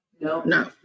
no